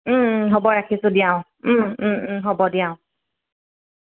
হ'ব ৰাখিছোঁ দিয়া অ' হ'ব দিয়া অ'